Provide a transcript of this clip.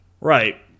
Right